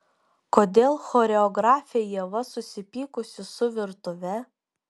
kodėl choreografė ieva susipykusi su virtuve